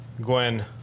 Gwen